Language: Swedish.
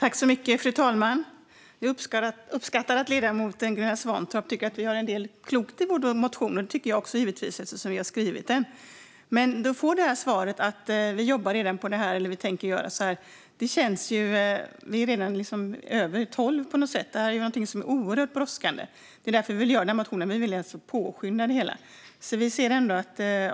Fru talman! Jag uppskattar att ledamoten Gunilla Svantorp tycker att vi har en del klokt i vår motion. Det tycker givetvis jag också, eftersom vi har skrivit den. Nu får vi svaret att ni redan jobbar på detta och att ni tänker göra så här. Men det känns som att det redan är fem i tolv och mer än så; det här är någonting som är oerhört brådskande. Det är därför vi har skrivit motionen. Vi vill alltså påskynda det hela.